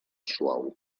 suau